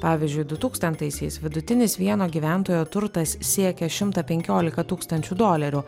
pavyzdžiui du tūkstantaisiais vidutinis vieno gyventojo turtas siekė šimtą penkiolika tūkstančių dolerių